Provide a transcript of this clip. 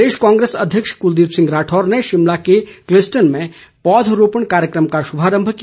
प्रदेश कांग्रेस अध्यक्ष कुलदीप सिंह राठौर ने शिमला के क्लिसटन में पौध रोपण कार्यक्रम का शुभारंभ किया